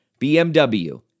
BMW